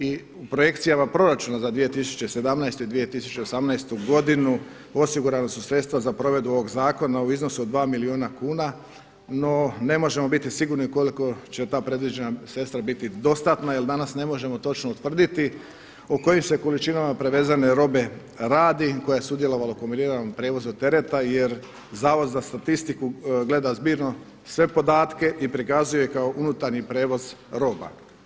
I u projekcijama proračuna za 2017. i 2018. godinu osigurana su sredstva za provedbu ovog zakona u iznosu od 2 milijuna kuna, no ne možemo biti sigurno koliko će ta predviđena sredstva biti dostatna jer danas ne možemo točno utvrditi o kojim se količinama prevezene robe radi, koja je sudjelovala u kombiniranom prijevozu tereta jer Zavod za statistiku gleda zbirno sve podatke i prikazuje kao unutarnji prijevoz roba.